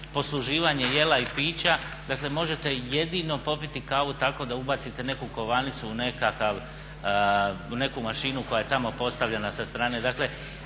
posluživanje jela i pića, dakle možete jedino popiti kavu tako da ubacite neku kovanicu u neku mašinu koja je tamo postavljena sa strane.